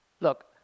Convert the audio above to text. look